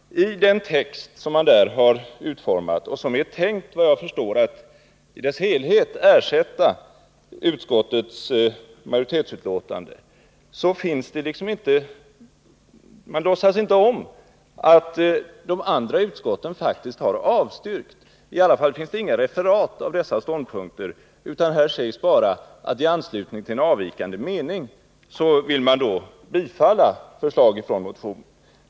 I den text som man där har utformat och som enligt vad jag förstår är tänkt att i sin helhet ersätta utskottets majoritetsutlåtande, låtsas man liksom inte om att de andra utskotten faktiskt har avstyrkt. I alla fall finns det inga referat av dessa ståndpunkter, utan det står bara att i anslutning till en avvikande mening vill man bifalla förslag från motionen.